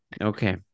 okay